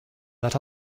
that